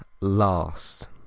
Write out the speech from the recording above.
last